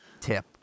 tip